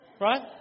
right